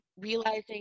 realizing